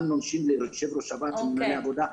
אמנון שינדלר יושב-ראש הוועד של מנהלי העבודה,